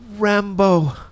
Rambo